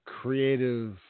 creative